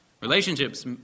Relationships